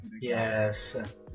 Yes